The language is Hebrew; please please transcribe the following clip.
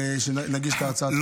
בסיעה כשנגיש את הצעת החוק.